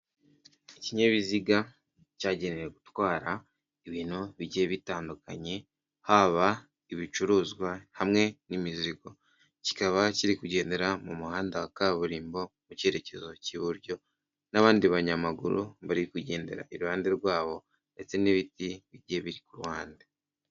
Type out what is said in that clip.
Ikinyabiziga cyagenewe gutwara ibintu bigiye bitandukanye, haba ibicuruzwa hamwe n'imizigo. Kikaba kiri kugendera mu muhanda wa kaburimbo mu cyerekezo cy'iburyo, n'abandi banyamaguru bari kugendera iruhande rwawo ndetse n'ibiti bigiye biri ku ruhande.